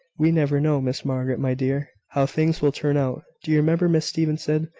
we never know, miss margaret, my dear, how things will turn out. do you remember miss stevenson,